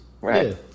Right